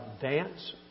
dance